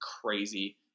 crazy